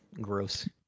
gross